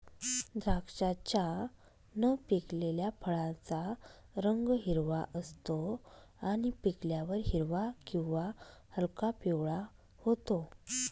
द्राक्षाच्या न पिकलेल्या फळाचा रंग हिरवा असतो आणि पिकल्यावर हिरवा किंवा हलका पिवळा होतो